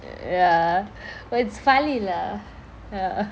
ya but it's funny lah ya